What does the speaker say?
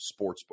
Sportsbook